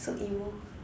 so emo